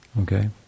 Okay